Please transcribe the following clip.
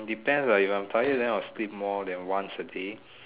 depends when I'm tired then I'll sleep more than once a day